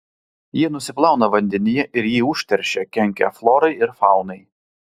jie nusiplauna vandenyje ir jį užteršia kenkia florai ir faunai